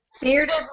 Bearded